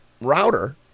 router